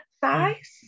size